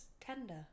tender